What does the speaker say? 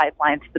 pipelines